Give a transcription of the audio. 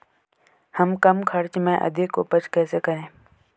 हम कम खर्च में अधिक उपज कैसे करें?